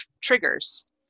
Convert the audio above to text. triggers